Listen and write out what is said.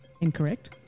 incorrect